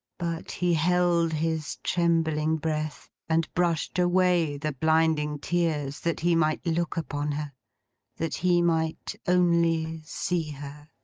but, he held his trembling breath, and brushed away the blinding tears, that he might look upon her that he might only see her.